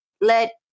let